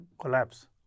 collapse